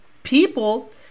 people